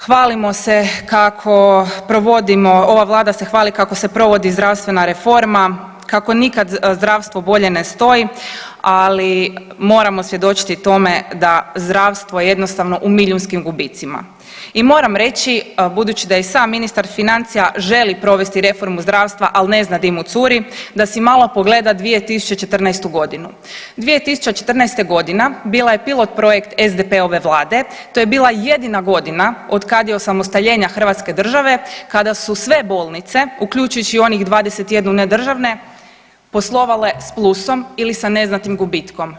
Hvalimo se kako provodimo, ova Vlada se hvali kako se provodi zdravstvena reforma, kako nikad zdravstvo bolje ne stoji, ali moramo svjedočiti tome da zdravstvo je jednostavno u milijunskim gubitcima i moram reći budući da je i sam ministar financija želi provesti reformu zdravstva, ali ne zna di mu curi, da si malo pogleda 2014. g. 2014. g. bila je pilot projekt SDP-ove Vlade, to je bila jedina godina od kad je osamostaljenja hrvatske države kada su sve bolnice, uključujući i onih 21 nedržavne, poslovale s plusom ili sa neznatnim gubitkom.